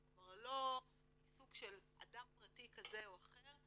כבר לא עיסוק שלך אדם פרטי כזה או אחר,